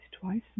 twice